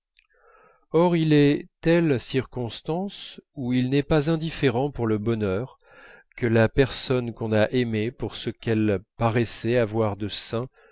or il est telles circonstances où il n'est pas indifférent pour le bonheur que la personne qu'on a aimée pour ce qu'elle paraissait avoir de sain